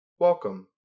Welcome